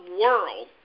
world